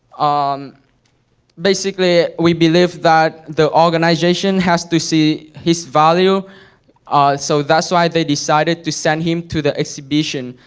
um basically, we believe that the organization has to see his value so that's why they decided to send him to the exhibition.